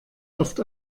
oft